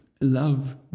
Love